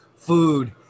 Food